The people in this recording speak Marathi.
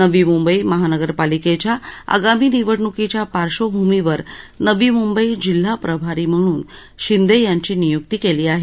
नवी म्बई महानगरपालिकेच्या आगामी निवडणुकीच्या पार्श्वभूमीवर नवी म्बई जिल्हा प्रभारी म्हणून शिंदे यांची नियुक्ती केली आहे